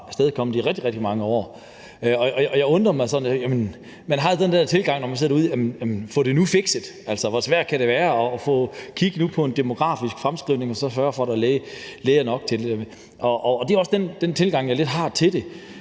fundet sted i rigtig, rigtig mange år. Og jeg undrede mig sådan over det. Man har jo den tilgang, når man sidder derude: Jamen få det nu fikset. Hvor svært kan det være at få kigget på en demografisk fremskrivning og få sørget for, at der er læger nok? Det er også lidt den tilgang, jeg har til det.